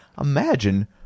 imagine